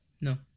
no